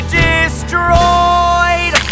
destroyed